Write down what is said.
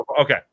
Okay